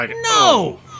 No